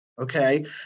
Okay